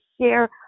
share